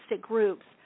groups